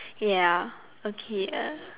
ya okay err